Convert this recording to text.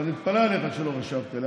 ואני מתפלא עליך שלא חשבת עליה,